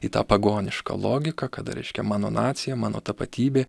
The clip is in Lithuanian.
į tą pagonišką logiką kad reiškia mano nacija mano tapatybė